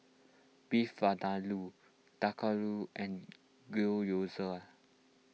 Beef Vindaloo Dhokla and Gyoza